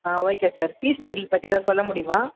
ஆ okay sir fees details பற்றி எதுவும் சொல்ல முடியுமா